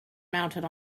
mounted